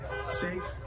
safe